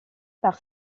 par